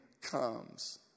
comes